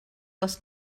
dels